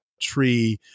tree